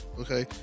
okay